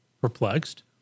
perplexed